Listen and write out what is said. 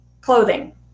clothing